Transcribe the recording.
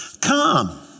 Come